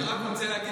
תודה.